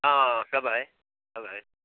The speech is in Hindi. हाँ सब है सब है